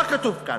מה כתוב כאן?